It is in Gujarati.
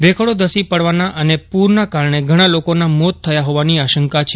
ભેખડો ધસી પડવાના અને પૂરના કારક્રો ઘણા લોકોના મોત થયા હોવાની આશંકા છે